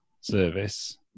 service